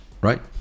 right